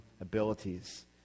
abilities